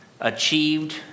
achieved